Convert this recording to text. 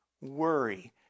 Worry